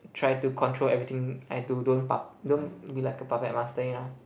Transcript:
try to control everything I do don't but don't be like a puppet master you know